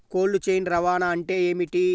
Cold chain రవాణా అంటే ఏమిటీ?